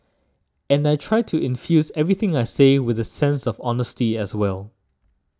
and I try to infuse everything I say with a sense of honesty as well